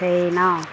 China